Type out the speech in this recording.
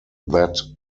that